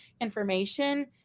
information